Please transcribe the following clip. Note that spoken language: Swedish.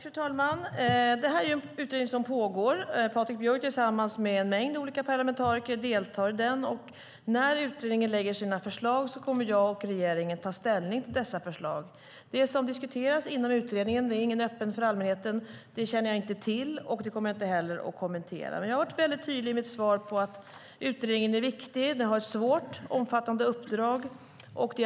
Fru talman! Detta är en utredning som pågår. Patrik Björck deltar i den tillsammans med en mängd andra parlamentariker. När utredningen lägger fram sina förslag kommer jag och regeringen att ta ställning till dem. Jag känner inte till och kommer inte att kommentera vad som diskuteras inom utredningen, som inte är öppen för allmänheten. Men jag har varit väldigt tydlig i mitt svar om att utredningen är viktig. Den har ett svårt och omfattande uppdrag.